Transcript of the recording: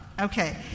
Okay